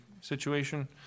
situation